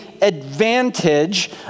advantage